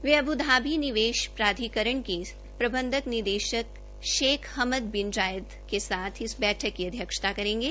वे अक्तूबर निवेश प्राधिकरण को प्रबंध निदेशक Sheikh Hamad bin Zayed Al Nahyan के साथ इस बैठक की अध्यक्षता करेंगे